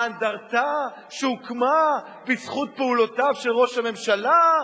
האנדרטה שהוקמה בזכות פעולותיו של ראש הממשלה,